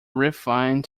refined